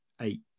eight